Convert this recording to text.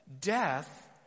death